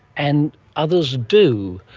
and others do.